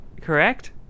Correct